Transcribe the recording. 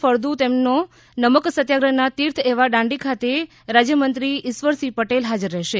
ફળદુ તો નમક સત્યાગ્રહના તીર્થ એવા દાંડી ખાતે રાજ્યમંત્રી ઇશ્વરસિંહ પટેલ હાજર રહેશે